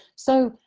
so,